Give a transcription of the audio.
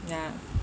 ya